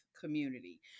community